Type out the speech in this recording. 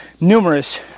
numerous